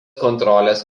kontrolės